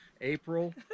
April